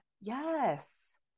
yes